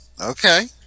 Okay